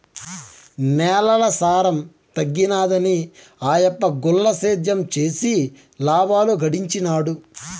నేలల సారం తగ్గినాదని ఆయప్ప గుల్ల సేద్యం చేసి లాబాలు గడించినాడు